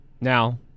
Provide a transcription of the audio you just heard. Now